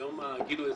היום הגיל הוא 21,